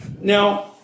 Now